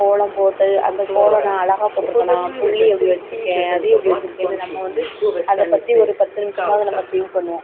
கோலம் போட்டு அந்த கோலம் நான் அழகா போட்டுருக்கேனா புள்ளி எப்படி வச்சுருக்கேன் அது எப்படி வச்சுருக்கேன்னு நம்ம வந்து அதை பற்றி ஒரு பத்து நிமிஷமாவது நம்ம திங்க் பண்ணுவோம்